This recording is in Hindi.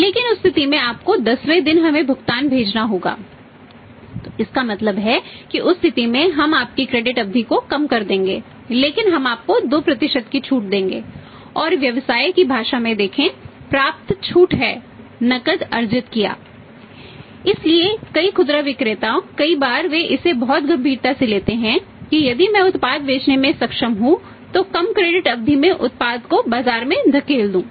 लेकिन उस स्थिति में आपको 10 वें दिन हमें भुगतान भेजना होगा तो इसका मतलब है कि उस स्थिति में हम आपकी क्रेडिट अवधि में उत्पाद को बाजार में धकेल दूं